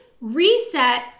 reset